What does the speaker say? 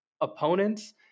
opponents